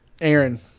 Aaron